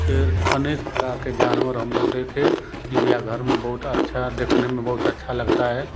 शेर अनेक प्रकार के जानवर हम लोग देखे चिड़ियाघर में बहुत अच्छा देखने में बहुत अच्छा लगता है